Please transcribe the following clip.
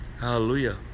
hallelujah